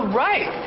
right